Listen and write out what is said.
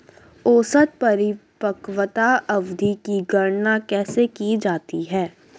औसत परिपक्वता अवधि की गणना कैसे की जाती है?